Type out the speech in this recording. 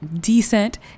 decent